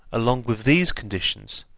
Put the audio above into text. along with these conditions,